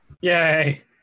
Yay